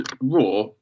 Raw